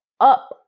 up